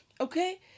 okay